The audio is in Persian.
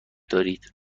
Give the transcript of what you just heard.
دارید